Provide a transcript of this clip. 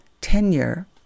tenure